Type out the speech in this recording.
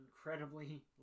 incredibly